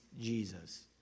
Jesus